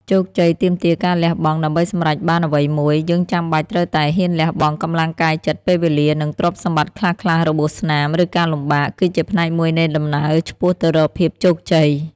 ជោគជ័យទាមទារការលះបង់ ដើម្បីសម្រេចបានអ្វីមួយ យើងចាំបាច់ត្រូវតែ ហ៊ានលះបង់ កម្លាំងកាយចិត្ត ពេលវេលា និងទ្រព្យសម្បត្តិខ្លះៗ របួសស្នាម ឬការលំបាក គឺជាផ្នែកមួយនៃដំណើរឆ្ពោះទៅរកភាពជោគជ័យ។